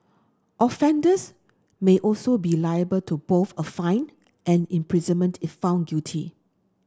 offenders may also be liable to both a fine and imprisonment if found guilty